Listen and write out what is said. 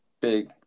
big